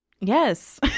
yes